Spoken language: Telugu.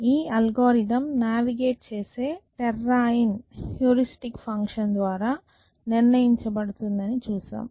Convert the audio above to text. ఈ అల్గోరిథం నావిగేట్ చేసే టెర్రాయిన్ హ్యూరిస్టిక్ ఫంక్షన్ ద్వారా నిర్ణయించబడుతుందని చూశాము